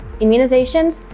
immunizations